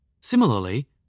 Similarly